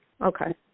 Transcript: Okay